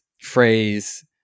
phrase